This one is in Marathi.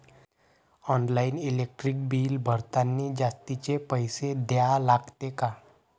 ऑनलाईन इलेक्ट्रिक बिल भरतानी जास्तचे पैसे द्या लागते का?